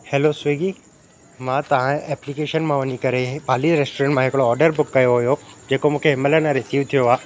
हलो स्विगी मां तव्हां जे एप्लीकेशन मां वञी करे पाली रेस्टोरेंट मां हिकिड़ो ऑडर बुक कयो हुयो जेको मूंखे हिनमहिल अञा रिसीव थियो आहे